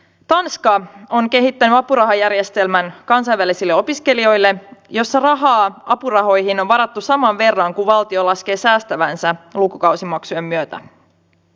tanska on kehittänyt apurahajärjestelmän kansainvälisille opiskelijoille jossa rahaa apurahoihin on varattu saman verran kuin valtio laskee säästävänsä lukukausimaksujen myötä